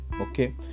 okay